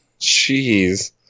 Jeez